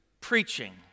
preaching